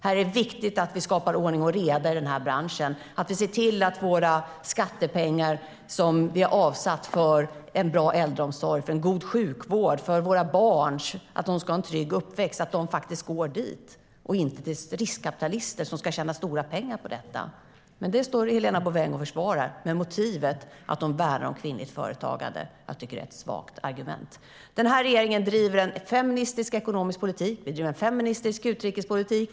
Det är viktigt att vi skapar ordning och reda i den här branschen, att vi ser till att våra skattepengar, som vi avsatt för en bra äldreomsorg, för en god sjukvård, för att våra barn ska ha en trygg uppväxt, också går dit och inte till riskkapitalister som ska tjäna stora pengar på det. Men det försvarar Helena Bouveng med motivet att de värnar om kvinnligt företagande. Jag tycker att det är ett svagt argument. Regeringen driver en feministisk ekonomisk politik. Vi driver en feministisk utrikespolitik.